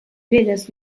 velles